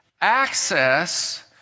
access